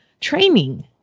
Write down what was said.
training